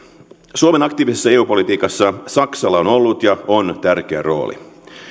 suomen aktiivisessa eu politiikassa saksalla on ollut ja on tärkeä rooli